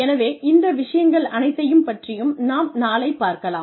எனவே இந்த விஷயங்கள் அனைத்தைப் பற்றியும் நாம் நாளை பார்க்கலாம்